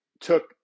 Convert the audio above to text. took